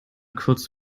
kurz